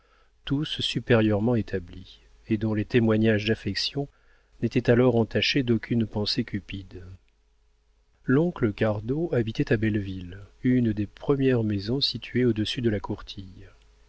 tous supérieurement établis et dont les témoignages d'affection n'étaient alors entachés d'aucune pensée cupide l'oncle cardot habitait à belleville une des premières maisons situées au-dessus de la courtille